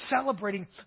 celebrating